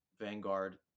vanguard